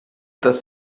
dass